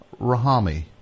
Rahami